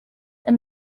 and